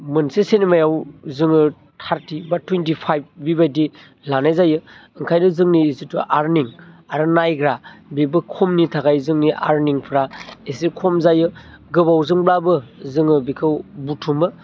मोनसे सिनेमायाव जोङो थार्टि बा टुवेनटि फाइभ बेबायदि लानाय जायो ओंखायनो जिथु जोंनि आर्निं आरो नायग्रा बेबो खमनि थाखाय जोंनि आर्निंफ्रा एसे खम जायो गोबावजोंब्लाबो जोङो बेखौ बुथुमो